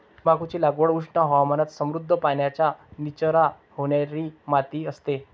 तंबाखूची लागवड उष्ण हवामानात समृद्ध, पाण्याचा निचरा होणारी माती असते